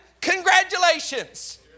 Congratulations